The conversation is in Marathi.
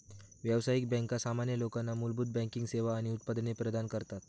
व्यावसायिक बँका सामान्य लोकांना मूलभूत बँकिंग सेवा आणि उत्पादने प्रदान करतात